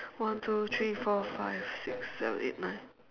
one two three four five six seven eight nine